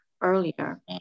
earlier